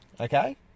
Okay